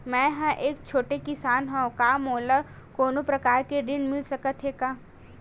मै ह एक छोटे किसान हंव का मोला कोनो प्रकार के ऋण मिल सकत हे का?